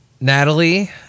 Natalie